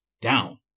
down